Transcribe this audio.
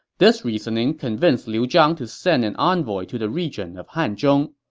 this reasoning convinced liu zhang to send an envoy to the region of hanzhong